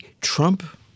Trump